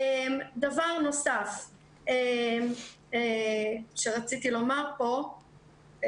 דבר נוסף שרציתי לומר פה,